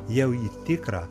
jau į tikrą